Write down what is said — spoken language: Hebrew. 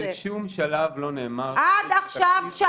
בשום שלב לא נאמר -- עד עכשיו אנחנו